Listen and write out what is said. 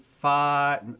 Five